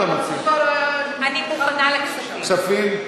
אני מוכנה לכספים.